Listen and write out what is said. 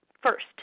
First